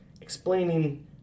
Explaining